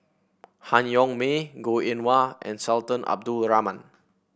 Han Yong May Goh Eng Wah and Sultan Abdul Rahman